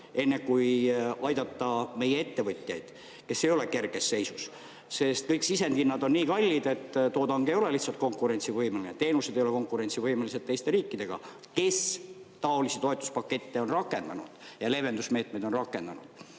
enne kui aidata meie ettevõtjaid, kes ei ole kerges seisus, sest kõik sisendhinnad on nii kallid, et toodang ei ole lihtsalt konkurentsivõimeline. Teenused ei ole konkurentsivõimelised teiste riikidega, kes taolisi toetuspakette on rakendanud ja leevendusmeetmeid on rakendanud.